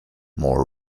more